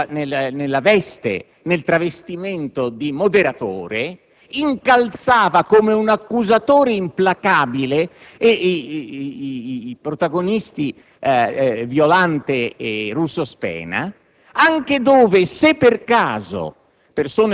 Il servitore di ieri sera, nella veste o meglio nel travestimento di moderatore, incalzava, come un accusatore implacabile, i protagonisti Violante e Russo Spena